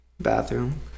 bathroom